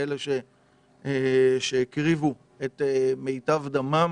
באלה שהקריבו את מיטב דמם,